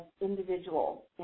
individual